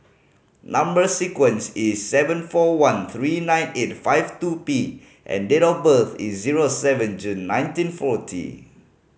number sequence is seven four one three nine eight five two P and date of birth is zero seven June nineteen forty